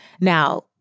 Now